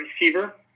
receiver